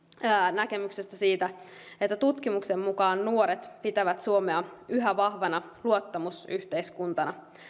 näkemyksestä että tutkimuksen mukaan nuoret pitävät suomea yhä vahvana luottamusyhteiskuntana